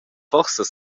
forsa